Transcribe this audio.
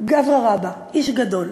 גברא רבא, איש גדול.